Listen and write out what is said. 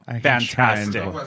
fantastic